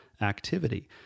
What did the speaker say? activity